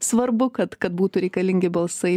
svarbu kad kad būtų reikalingi balsai